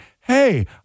hey